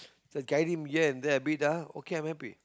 gude him here and there a bit ah okay I'm happy